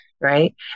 right